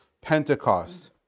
Pentecost